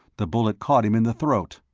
the bullet caught him in the throat.